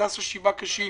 להדסה שבעה קשים,